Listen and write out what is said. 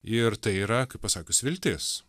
ir tai yra kaip pasakius viltis